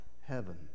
heaven